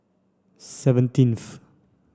seventeenth